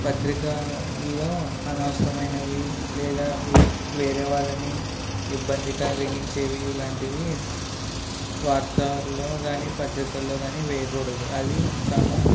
పత్రికల్లో అనవసరమైనవి లేదా వె వేరే వాళ్ళని ఇబ్బంది కలిగించేవి ఇలాంటివి వార్తల్లో కానీ పత్రికల్లో కానీ వేయకూడదు అవి చాలా